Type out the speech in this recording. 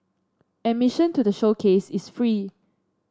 admission to the showcase is free